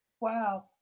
Wow